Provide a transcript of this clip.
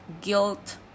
guilt